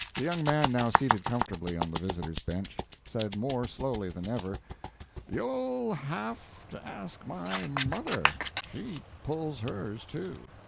the young man, now seated comfortably on the visitors' bench, said more slowly than ever you'll have to ask my mother she pulls hers, too.